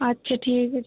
আচ্ছা ঠিক আছে